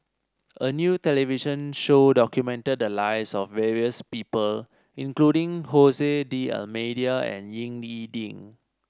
a new television show documented the lives of various people including Hose D'Almeida and Ying E Ding